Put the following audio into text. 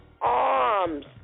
arms